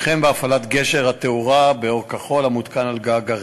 וכן בהפעלת גשר התאורה באור כחול המותקן על גג הרכב.